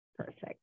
perfect